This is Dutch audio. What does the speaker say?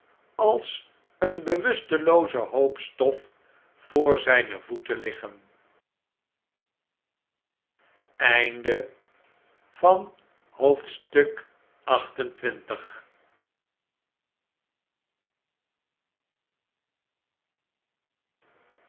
als een bewusteloozen hoop stof voor zijne voeten liggen